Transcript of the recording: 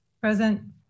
Present